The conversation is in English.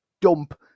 dump